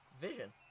Vision